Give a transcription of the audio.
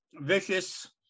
vicious